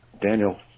Daniel